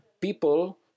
people